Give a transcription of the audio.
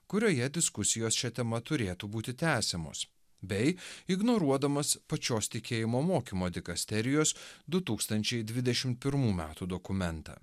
kurioje diskusijos šia tema turėtų būti tęsiamos bei ignoruodamas pačios tikėjimo mokymo dikasterijos du tūkstančiai dvidešim pirmų metų dokumentą